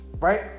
right